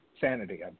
sanity